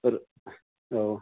अ औ